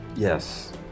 Yes